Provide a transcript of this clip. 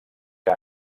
que